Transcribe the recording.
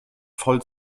voll